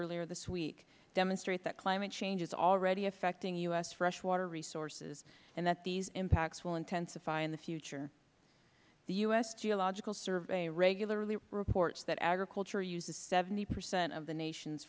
earlier this week demonstrate that climate change is already affecting u s freshwater resources and that these impacts will intensify in the future the us geological survey regularly reports that agriculture uses seventy percent of the nation